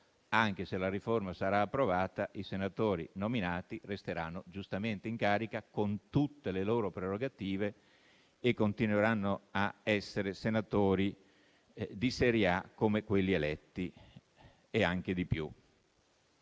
anche se la riforma sarà approvata, i senatori nominati resteranno giustamente in carica con tutte le loro prerogative e continueranno ad essere senatori di serie A come quelli eletti, e anche di più.